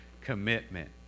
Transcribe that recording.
commitment